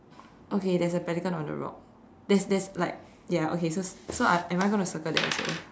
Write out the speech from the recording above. okay there's a pelican on the rock there's there's like ya okay so so I am I gonna circle that also